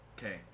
Okay